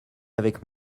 avec